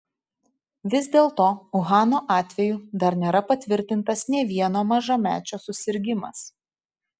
vis dėlto uhano atveju dar nėra patvirtintas nė vieno mažamečio susirgimas